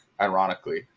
Ironically